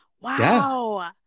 Wow